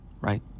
Right